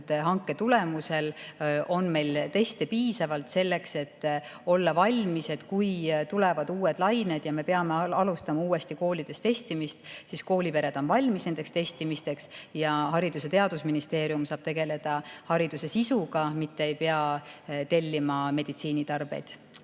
hanke tulemusel on meil teste piisavalt, et olla valmis. Kui tulevad uued lained ja me peame alustama uuesti koolides testimist, siis koolipered on nendeks testimisteks valmis ja Haridus- ja Teadusministeerium saab tegeleda hariduse sisuga, mitte ei pea tellima meditsiinitarbeid.